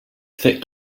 thick